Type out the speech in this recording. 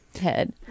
head